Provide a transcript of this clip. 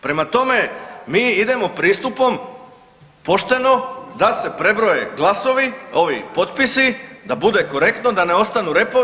Prema tome, mi idemo pristupom pošteno da se prebroje glasovi, ovi potpisi, da bude korektno, da ne ostanu repovi.